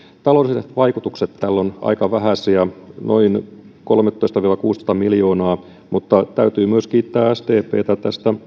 taloudelliset vaikutukset tällä ovat aika vähäisiä noin kolmetoista viiva kuusitoista miljoonaa mutta täytyy myös kiittää sdptä